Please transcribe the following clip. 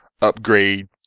upgrade